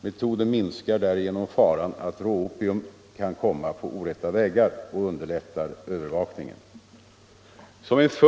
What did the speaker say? Metoden minskar faran att råopium kan komma på orätta vägar och underlättar övervakningen.